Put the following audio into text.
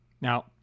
Now